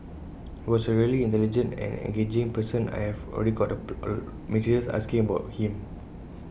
he was A really intelligent and engaging person and I've already got A lot of messages asking about him